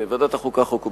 בוועדת החוקה, חוק ומשפט.